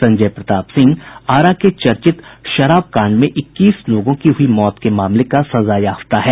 संजय प्रताप सिंह आरा के चर्चित शराब कांड में इक्कीस लोगों की हुई मौत के मामले का सजायाफ्ता है